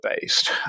based